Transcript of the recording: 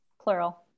plural